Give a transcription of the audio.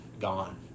gone